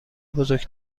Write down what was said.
بزرگ